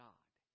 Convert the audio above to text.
God